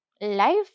life